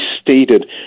stated